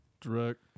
Direct